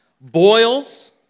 boils